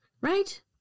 right